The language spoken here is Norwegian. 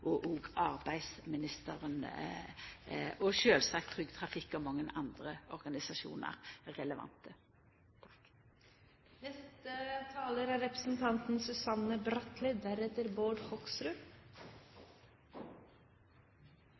og arbeidsministeren – og sjølvsagt Trygg Trafikk og mange andre organisasjonar – relevante. Det er